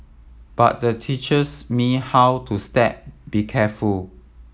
but the teachers me how to step be careful